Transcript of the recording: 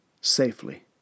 safely